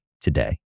today